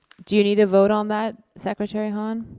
do you need a vote on that, secretary hann?